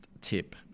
tip